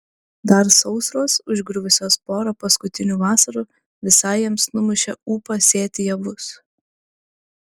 dar sausros užgriuvusios porą paskutinių vasarų visai jiems numušė ūpą sėti javus